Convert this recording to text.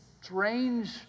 strange